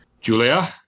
Julia